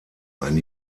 ein